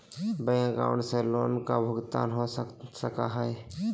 Bank account से loan का भुगतान हो सको हई?